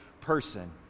person